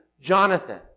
Jonathan